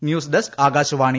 news desk Akashvani